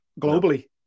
globally